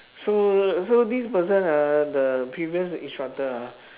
so so this person ah the previous instructor ah